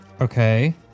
Okay